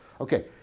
Okay